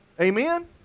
Amen